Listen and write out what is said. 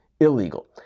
illegal